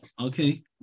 Okay